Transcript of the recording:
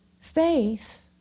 Faith